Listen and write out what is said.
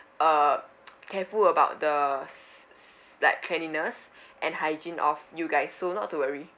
uh careful about the s~ s~ like cleanliness and hygiene of you guys so not to worry